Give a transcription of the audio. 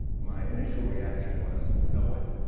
my initial reaction was no way,